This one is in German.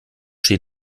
steht